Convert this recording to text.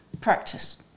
practice